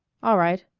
all right.